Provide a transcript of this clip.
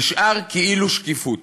נשאר כאילו שקיפות.